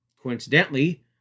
coincidentally